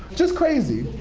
just crazy.